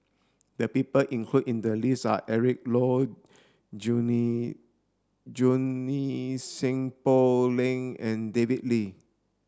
the people included in the list are Eric Low Junie Junie Sng Poh Leng and David Lee